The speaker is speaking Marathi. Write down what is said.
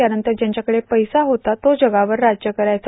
त्यानंतर ज्यांच्याकडं पैसा होता तो जगावर राज्य करायचा